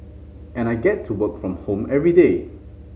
and I get to work from home everyday